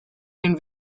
den